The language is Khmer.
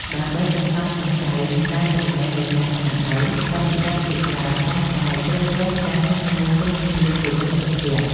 ដើម្បីសន្សំសំចៃការចំណាយលើការស្នាក់នៅសិស្សនិស្សិតភាគច្រើនតែងតែជ្រើសរើសការស្នាក់នៅជុំគ្នាជាមួយមិត្តភក្តិ។